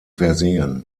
versehen